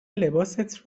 لباست